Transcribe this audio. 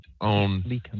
on